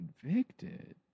convicted